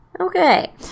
okay